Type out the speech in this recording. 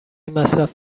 مصرف